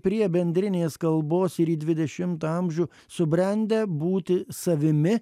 prie bendrinės kalbos ir į dvidešimtą amžių subrendę būti savimi